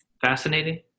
fascinating